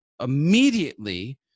immediately